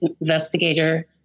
investigator